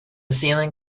ceiling